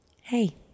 hey